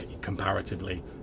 comparatively